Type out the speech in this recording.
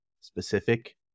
specific